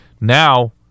Now